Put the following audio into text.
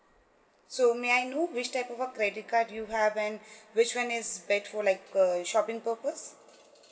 so may I know which type of credit card you have and which one is better for like uh shopping purpose